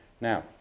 Now